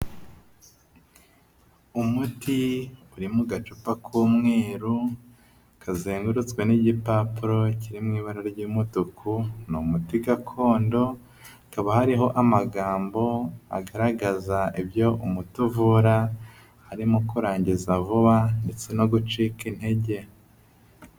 Umuti uri mu gacupa k'umweru, kazengurutswe n'igipapuro kiri mu ibara ry'umutuku, ni umuti gakondo, hakaba hariho amagambo agaragaza ibyo umuti uvura, harimo kurangiza vuba ndetse no gucika intege.